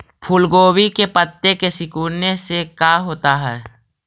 फूल गोभी के पत्ते के सिकुड़ने से का होता है?